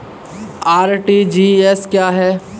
RTGS क्या है?